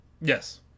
yes